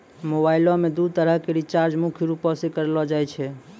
मोबाइलो मे दू तरह के रीचार्ज मुख्य रूपो से करलो जाय छै